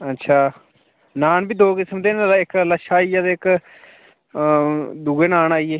अच्छा नान बी दो किस्म दे न इक लच्छा आई गेआ ते इक दूए नान आई ऐ